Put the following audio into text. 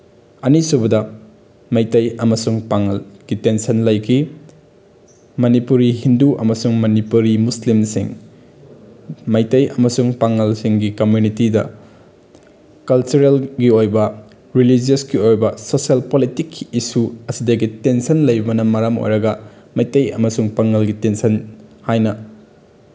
ꯑꯅꯤꯁꯨꯕꯗ ꯃꯩꯇꯩ ꯑꯃꯁꯨꯡ ꯄꯥꯉꯜꯒꯤ ꯇꯦꯟꯁꯟ ꯂꯩꯈꯤ ꯃꯅꯤꯄꯨꯔꯤ ꯍꯤꯟꯗꯨ ꯑꯃꯁꯨꯡ ꯃꯅꯤꯄꯨꯔꯤ ꯃꯨꯁꯂꯤꯝꯁꯤꯡ ꯃꯩꯇꯩ ꯑꯃꯁꯨꯡ ꯄꯥꯉꯜꯁꯤꯡꯒꯤ ꯀꯃꯨꯅꯤꯇꯤꯗ ꯀꯜꯆꯔꯦꯜꯒꯤ ꯑꯣꯏꯕ ꯔꯤꯂꯤꯖꯤꯌꯁꯀꯤ ꯑꯣꯏꯕ ꯁꯣꯁꯦꯜ ꯄꯣꯂꯤꯇꯤꯛꯀꯤ ꯏꯁꯨ ꯑꯁꯤꯗꯒꯤ ꯇꯦꯟꯁꯟ ꯂꯩꯕꯅ ꯃꯔꯝ ꯑꯣꯏꯔꯒ ꯃꯩꯇꯩ ꯑꯃꯁꯨꯡ ꯄꯥꯉꯜꯒꯤ ꯇꯦꯟꯁꯟ ꯍꯥꯏꯅ